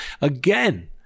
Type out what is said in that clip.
again